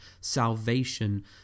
salvation